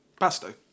Basto